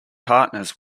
partners